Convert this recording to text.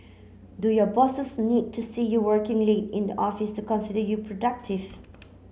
do your bosses need to see you working late in the office to consider you productive